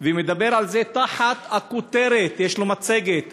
ומדבר על זה תחת הכותרת יש לו מצגת,